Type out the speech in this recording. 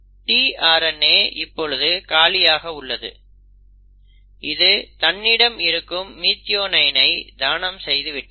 tRNA இப்பொழுது காலியாக உள்ளது இது தன்னிடம் இருக்கும் மிதியோனைன்னை தானம் செய்துவிட்டது